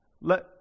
let